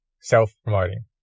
self-promoting